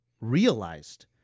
realized